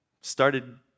started